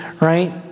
right